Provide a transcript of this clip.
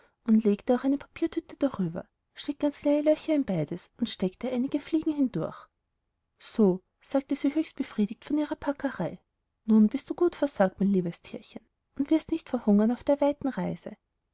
glas legte auch noch eine papierhülle darüber schnitt ganz kleine löcher in beides und steckte einige fliegen hindurch so sagte sie höchst befriedigt von ihrer packerei nun bist du gut versorgt mein liebes tierchen und wirst nicht verhungern auf der weiten reise